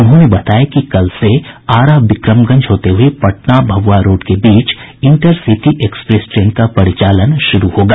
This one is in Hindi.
उन्होंने बताया कि कल से आरा बिक्रमगंज होते हुए पटना भभुआ रोड के बीच इंटरसिटी एक्सप्रेस ट्रेन का परिचालन शुरू होगा